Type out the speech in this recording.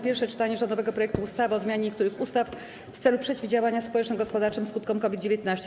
Pierwsze czytanie rządowego projektu ustawy o zmianie niektórych ustaw w celu przeciwdziałania społeczno-gospodarczym skutkom COVID-19.